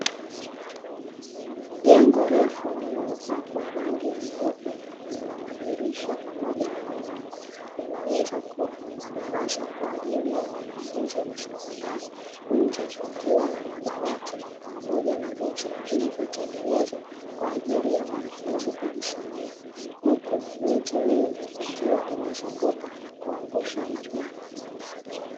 Jengo refu lililopakwa rangi nyeupe lina madirisha pamoja na milango, linaweza kuwa ni madarasa kwa ajili ya wanafunzi wa sekondari. Nje kukiwa na madawati pamoja na viti vilivyotengenezwa kwa ajili ya wanafunzi kujisomea, huku miti mingi ikiwa imezunguka na kuangusha majani.